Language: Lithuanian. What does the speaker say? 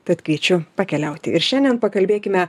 tad kviečiu pakeliauti ir šiandien pakalbėkime